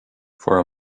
for